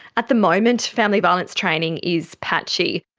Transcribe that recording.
at the moment family violence training is patchy.